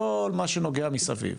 כל מה שנוגע מסביב.